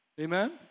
Amen